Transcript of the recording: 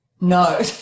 No